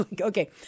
Okay